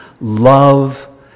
love